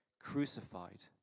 crucified